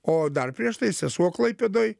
o dar prieš tai sesuo klaipėdoj